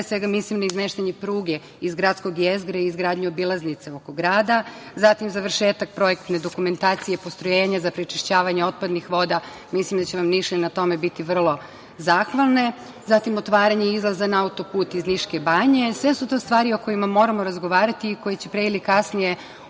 svega mislim na izmeštanje pruge iz gradskog jezgra i izgradnju obilaznica preko grada, zatim završetak projektne dokumentacije postrojenja za prečišćavanje otpadnih voda, mislim da će vam Nišlije na tome biti vrlo zahvalne, zatim otvaranje izlaza na autoput iz Niške banje. Sve su to stvari o kojima moramo razgovarati i koji će pre ili kasnije